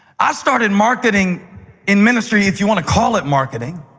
i started marketing in ministry, if you want to call it marketing,